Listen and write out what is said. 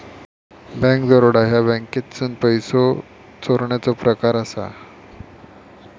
bank दरोडा ह्या बँकेतसून पैसो चोरण्याचो प्रकार असा